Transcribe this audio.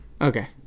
Okay